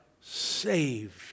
saved